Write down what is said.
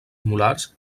molars